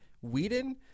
Whedon